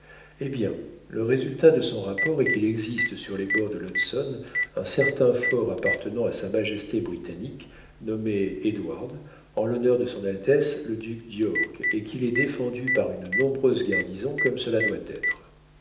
eh bien le résultat de son rapport est qu'il existe sur les bords de l'hudson un certain fort appartenant à sa majesté britannique nommé édouard en l'honneur de son altesse le duc d'york et qu'il est défendu par une nombreuse garnison comme cela doit être